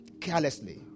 carelessly